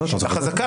חזקה.